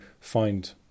find